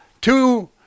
Two